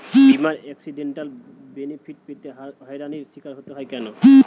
বিমার accidental benefit পেতে হয়রানির স্বীকার হতে হয় কেন?